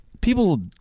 people